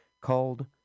called